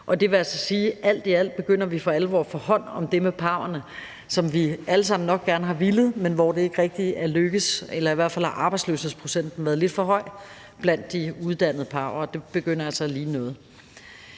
Det vil altså sige, at vi alt i alt for alvor begynder at få taget hånd om det med pau'erne, hvilket vi alle sammen nok gerne har villet, men hvilket ikke rigtig er lykkedes – eller i hvert fald har arbejdsløshedsprocenten været lidt for høj blandt de uddannede pau'er. Det begynder altså at ligne noget.